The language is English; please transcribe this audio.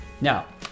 Now